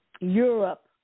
Europe